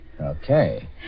Okay